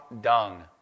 dung